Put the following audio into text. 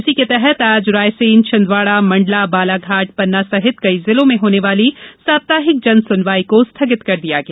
इसी के तहत आज छिदवाड़ा मंडला बालाघाट रायसेन सहित कई जिलों में होने वाली साप्ताहिक जन सुनवाई को स्थगित कर दिया गया